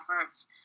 efforts